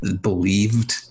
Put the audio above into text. believed